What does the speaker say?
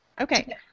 Okay